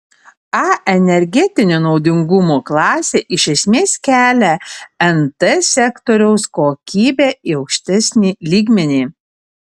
a energetinio naudingumo klasė iš esmės kelia nt sektoriaus kokybę į aukštesnį lygmenį